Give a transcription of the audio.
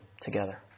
together